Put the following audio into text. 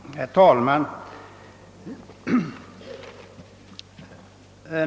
Herr talman!